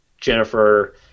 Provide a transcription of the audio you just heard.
Jennifer